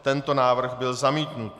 Tento návrh byl zamítnut.